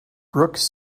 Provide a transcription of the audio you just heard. brooks